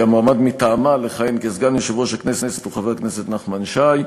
כי המועמד מטעמה לכהן כסגן יושב-ראש הכנסת הוא חבר הכנסת נחמן שי.